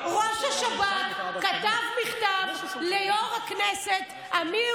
אם ראש השב"כ כתב מכתב ליו"ר הכנסת אמיר